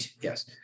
yes